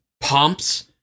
pumps